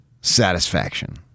satisfaction